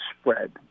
spread